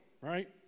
right